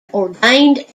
ordained